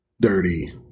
dirty